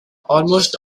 almost